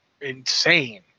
insane